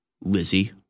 Lizzie